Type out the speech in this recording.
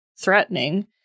threatening